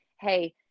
Hey